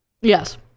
Yes